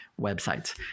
websites